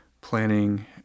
planning